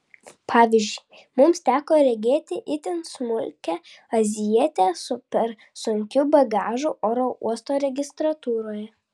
pavyzdžiui mums teko regėti itin smulkutę azijietę su per sunkiu bagažu oro uosto registratūroje